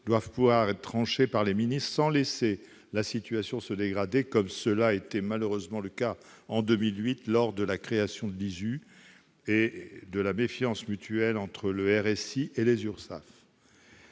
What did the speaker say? doivent pouvoir être tranchés par les ministres, sans laisser la situation se dégrader comme cela a été malheureusement le cas en 2008 lors de la création de l'interlocuteur social unique- ISU -et de la méfiance mutuelle entre le RSI et les URSSAF.